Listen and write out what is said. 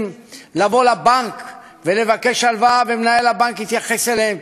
לבוא לבנק ולבקש הלוואה ומנהל הבנק יתייחס אליהם,